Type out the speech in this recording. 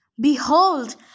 Behold